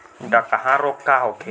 डकहा रोग का होखे?